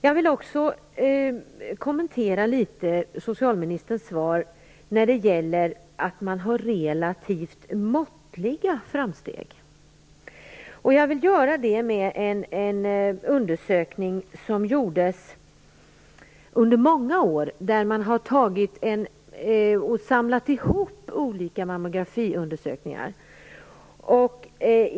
Jag vill också litet grand kommentera socialministerns svar att man gjort relativt måttliga framsteg. Under många år gjordes en undersökning, där resultaten från olika mammografiundersökningar samlades.